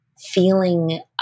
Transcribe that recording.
feeling